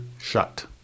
shut